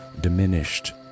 diminished